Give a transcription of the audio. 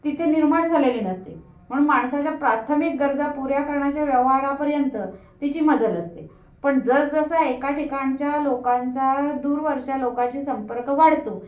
तिथे निर्माण झालेली नसते म्हणून माणसाच्या प्राथमिक गरजा पुऱ्या करण्याच्या व्यवहारापर्यंत तिची मजल असते पण जसजसा एका ठिकाणच्या लोकांचा दूरवरच्या लोकांशी संपर्क वाढतो